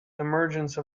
emergence